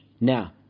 Now